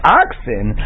oxen